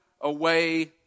away